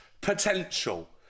potential